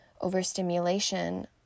overstimulation